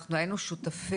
אנחנו היינו שותפים,